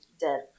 dead